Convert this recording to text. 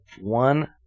one